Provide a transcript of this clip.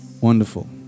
Wonderful